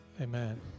Amen